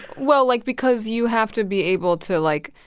well, like, because you have to be able to, like,